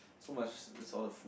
so must list all the food